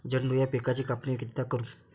झेंडू या पिकाची कापनी कितीदा करू?